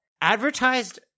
Advertised